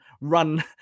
run